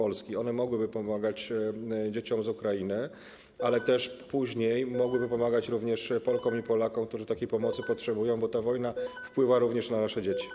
One mogłyby pomagać dzieciom z Ukrainy, a później mogłyby pomagać również Polkom i Polakom, którzy takiej pomocy potrzebują, bo ta wojna wpływa również na nasze dzieci.